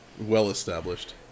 well-established